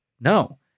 No